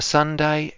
Sunday